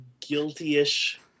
guilty-ish